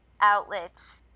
outlets